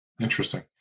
Interesting